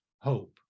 hope